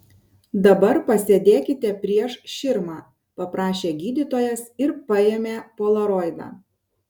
dabar pasėdėkite prieš širmą paprašė gydytojas ir paėmė polaroidą